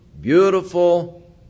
beautiful